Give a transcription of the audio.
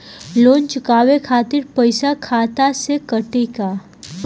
Loan चुकावे खातिर पईसा खाता से कटी का?